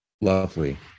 Lovely